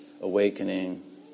awakening